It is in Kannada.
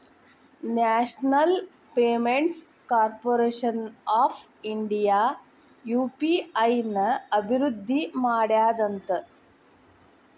national payments corporation of India UPI ನ ಅಭಿವೃದ್ಧಿ ಮಾಡ್ಯಾದಂತ